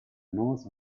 north